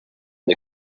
the